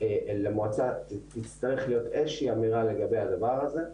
למועצה תצטרך להיות איזו שהיא אמירה לגבי הדבר הזה.